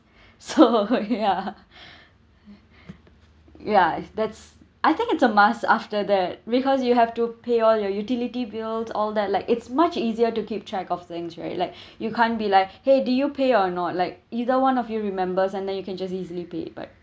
so ya yeah that's I think it's a must after that because you have to pay all your utility bills all that like it's much easier to keep track of things right like you can't be like !hey! do you pay or not like either one of you remember and then you can just easily pay but